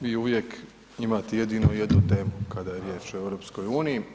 Vi uvijek imate jedino jednu temu kada je riječ o EU.